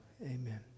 Amen